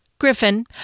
Griffin